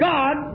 God